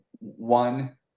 One